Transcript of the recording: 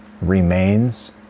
remains